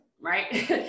right